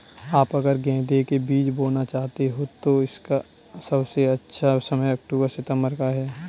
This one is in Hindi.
आप अगर गेंदे के बीज बोना चाहते हैं तो इसका सबसे अच्छा समय अक्टूबर सितंबर का है